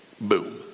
boom